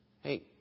Hey